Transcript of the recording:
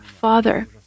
father